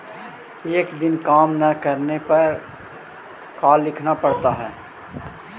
एक दिन काम न करने पर का लिखना पड़ता है?